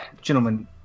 gentlemen